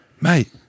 Mate